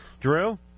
Drew